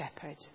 shepherd